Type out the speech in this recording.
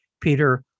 Peter